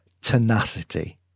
tenacity